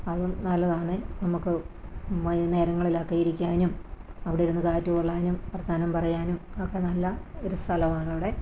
അതും നല്ലതാണ് നമുക്ക് വൈകുന്നേരങ്ങളിലൊക്കെ ഇരിക്കാനും അവിടിരുന്ന് കാറ്റ് കൊള്ളാനും വർത്തമാനം പറയാനും ഒക്കെ നല്ല ഒരു സ്ഥലമാണവിടെ